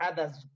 other's